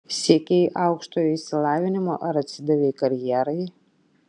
siekei aukštojo išsilavinimo ar atsidavei karjerai